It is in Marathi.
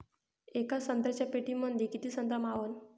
येका संत्र्याच्या पेटीमंदी किती संत्र मावन?